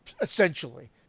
essentially